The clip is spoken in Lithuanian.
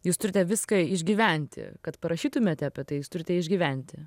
jūs turite viską išgyventi kad parašytumėte apie tai jūs turite išgyventi